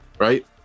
Right